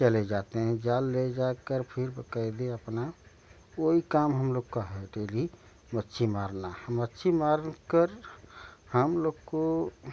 चले जाते हैं जाल ले जाकर फिर पहले अपना वो ही काम हम लोग का डेली मछली बहुत मछली मार कर हम लोग को